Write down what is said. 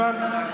הבנת?